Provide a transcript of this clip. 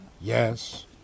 Yes